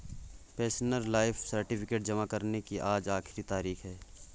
pensioner life certificate जमा करने की आज आखिरी तारीख है